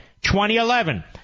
2011